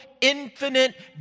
infinite